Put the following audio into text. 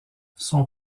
son